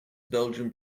belgian